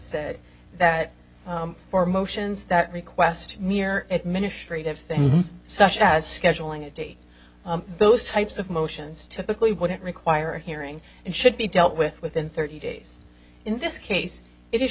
said that for motions that request mere administrative things such as scheduling a date those types of motions typically wouldn't require a hearing and should be dealt with within thirty days in this case it is